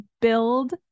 build